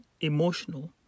emotional